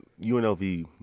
UNLV